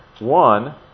one